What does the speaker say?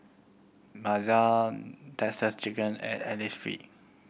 Texas Chicken and Innisfree